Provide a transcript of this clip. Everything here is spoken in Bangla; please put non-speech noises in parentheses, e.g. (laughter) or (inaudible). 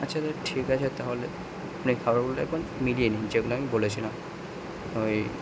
আচ্ছা তাহলে ঠিক আছে তাহলে মানে খাবারগুলো এখন (unintelligible) নিজের প্ল্যান বলেছেনও এই